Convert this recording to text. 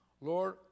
Lord